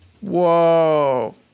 Whoa